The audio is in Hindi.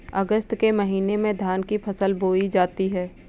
अगस्त के महीने में धान की फसल बोई जाती हैं